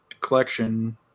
collection